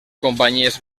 companyies